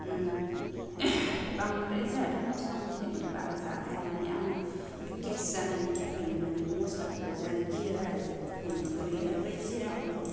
बांद्राय जोंहाथ' मस्ला मस्लिखौनो बारा जायाखाया मानि आङो गेस जानायनि थाखायनो मानि मस्ला फोरखौ जानो गियो आरो ओरैनो बे जिरा खौल'